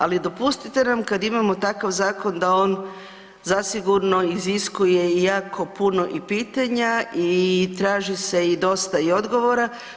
Ali dopustite nam kad imamo takav zakon da on zasigurno iziskuje i jako puno i pitanja i traži se i dosta i odgovora.